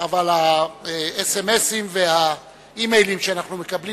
האס.אם.אסים והאימיילים שאנחנו מקבלים